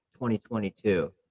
2022